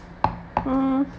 mm